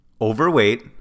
overweight